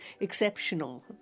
exceptional